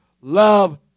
love